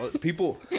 People